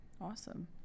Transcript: Awesome